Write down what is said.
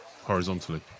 horizontally